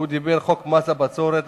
חוק מס הבצורת.